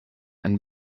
einen